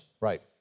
Right